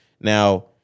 Now